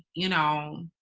you know,